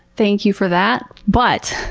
thank you for that. but,